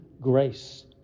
grace